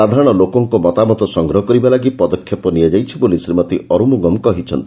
ସାଧାରଣ ଲୋକଙ୍କ ମତାମତ ସଂଗ୍ରହ କରିବା ଲାଗି ପଦକ୍ଷେପ ନିଆଯାଇଛି ବୋଲି ଶ୍ରୀମତୀ ଅରୁମୁଗମ୍ କହିଛନ୍ତି